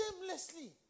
shamelessly